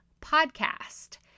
Podcast